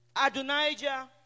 Adonijah